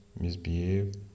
misbehave